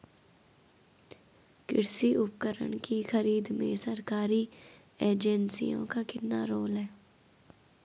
कृषि उपकरण की खरीद में सरकारी एजेंसियों का कितना रोल है?